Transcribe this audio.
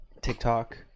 TikTok